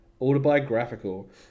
autobiographical